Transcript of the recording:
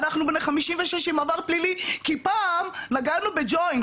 אנחנו בני 56 עם עבר פלילי כי פעם נגענו בג'וינט.